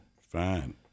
Fine